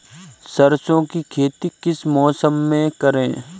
सरसों की खेती किस मौसम में करें?